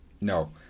No